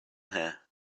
here